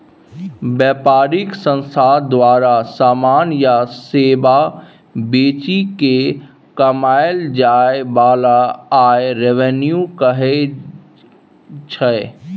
बेपारिक संस्था द्वारा समान या सेबा बेचि केँ कमाएल जाइ बला आय रेवेन्यू कहाइ छै